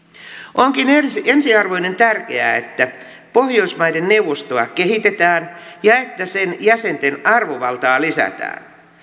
onkin ensiarvoisen tärkeää että pohjoismaiden neuvostoa kehitetään ja että sen jäsenten arvovaltaa lisätään